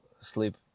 sleep